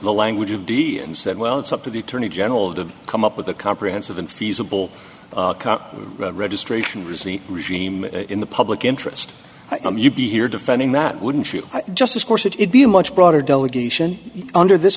the language of d and said well it's up to the attorney general to come up with a comprehensive and feasible registration receipt regime in the public interest you'd be here defending that wouldn't you just of course it would be a much broader delegation under this